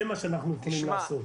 זה מה שאנחנו יכולים לעשות.